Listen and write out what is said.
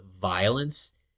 violence